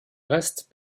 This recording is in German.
rest